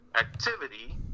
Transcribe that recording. activity